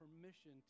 permission